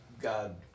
God